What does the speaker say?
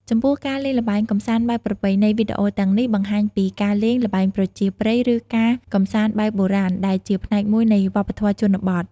ចំពោះ ការលេងល្បែងកម្សាន្តបែបប្រពៃណី វីដេអូទាំងនេះបង្ហាញពីការលេង ល្បែងប្រជាប្រិយ ឬ ការកម្សាន្តបែបបុរាណ ដែលជាផ្នែកមួយនៃវប្បធម៌ជនបទ។